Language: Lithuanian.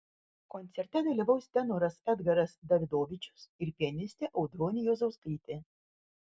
koncerte dalyvaus tenoras edgaras davidovičius ir pianistė audronė juozauskaitė